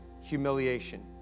humiliation